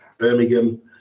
Birmingham